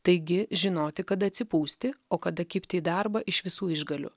taigi žinoti kada atsipūsti o kada kibti į darbą iš visų išgalių